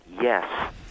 yes